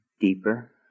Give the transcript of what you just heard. deeper